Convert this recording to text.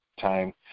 time